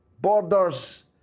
borders